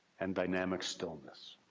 and dynamic stillness.